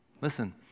Listen